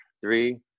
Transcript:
three